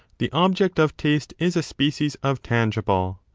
the object of taste is a species of tangible,